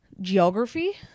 geography